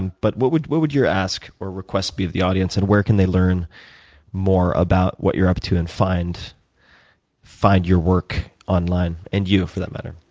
and but what would what would your ask or request be to the audience, and where can they learn more about what you're up to and find find your work online, and you, for that matter?